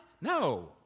No